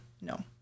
No